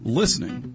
listening